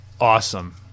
awesome